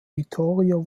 vittorio